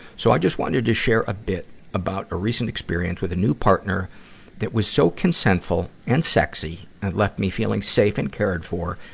so i just wanted to share a bit about a recent experience with a new partner that was so consentful and sexy, it left me feeling safe and cared for,